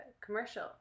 commercial